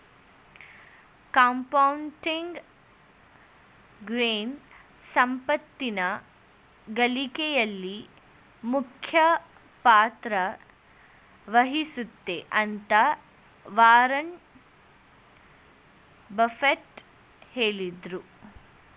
compounding gain ಸಂಪತ್ತಿನ ಗಳಿಕೆಯಲ್ಲಿ ಮುಖ್ಯ ಪಾತ್ರ ವಹಿಸುತ್ತೆ ಅಂತ ವಾರನ್ ಬಫೆಟ್ ಹೇಳಿದ್ರು